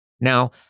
Now